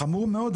זה חמור מאוד.